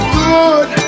good